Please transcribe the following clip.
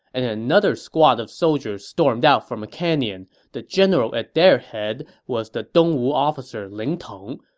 and another squad of soldiers stormed out from a canyon. the general at their head was the dongwu officer ling tong.